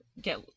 get